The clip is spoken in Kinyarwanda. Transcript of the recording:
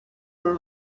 uru